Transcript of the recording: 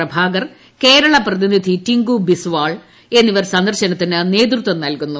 പ്രഭാകർ കേരള ക്രതിനിധി ടിങ്കു ബിസ്വാൾ എന്നിവർ സന്ദർശനത്തിന് നേതൃത്വം നൽകുന്നു